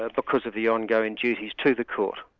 ah because of the ongoing duties to the court.